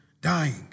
dying